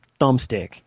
thumbstick